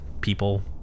people